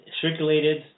circulated